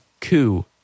Coup